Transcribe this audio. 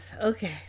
okay